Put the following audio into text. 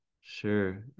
sure